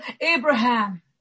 Abraham